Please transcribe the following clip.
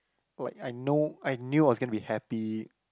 like I know I knew I was gonna be happy